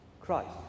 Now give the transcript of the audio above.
Christ